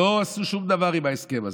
לא עשו שום דבר עם ההסכם הזה.